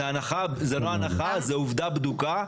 זו לא הנחה, זו עובדה בדוקה.